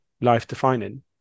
life-defining